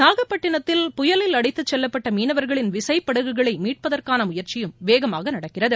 நாகபட்டினத்தில் புயலில் அடித்து செல்லப்பட்ட மீனவர்களின் விசைப்படகுகளை மீட்பதற்கான முயற்சியும் வேகமாக நடக்கிறது